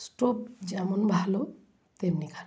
stove যেমন ভালো তেমনি খারাপ